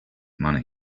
money